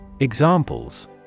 Examples